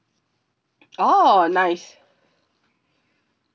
oh nice